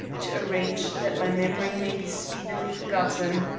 to arrange that my memory may be speedily forgotten.